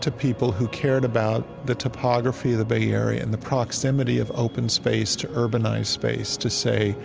to people who cared about the topography of the bay area and the proximity of open space to urbanized space to say,